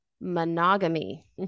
monogamy